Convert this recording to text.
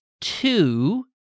two